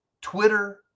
Twitter